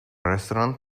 restaurant